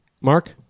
Mark